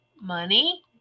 money